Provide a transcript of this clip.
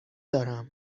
دارم